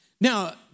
Now